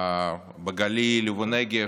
בגליל ובנגב.